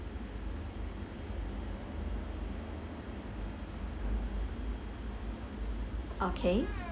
okay